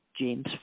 James